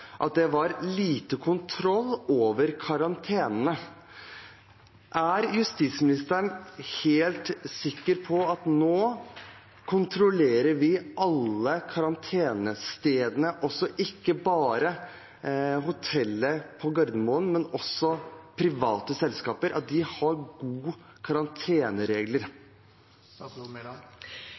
at det var lite kontroll med karantenene. Er justisministeren helt sikker på at vi nå kontrollerer alle karantenestedene, ikke bare hoteller på Gardermoen, men også at private selskaper har gode karanteneregler?